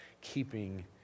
keeping